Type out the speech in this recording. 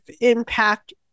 impact